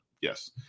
yes